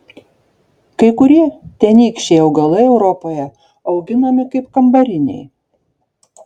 kai kurie tenykščiai augalai europoje auginami kaip kambariniai